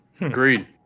Agreed